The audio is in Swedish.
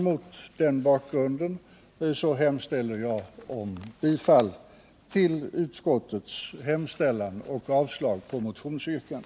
Mot denna bakgrund yrkar jag bifall till utskottets hemställan och avslag på motionsyrkandet.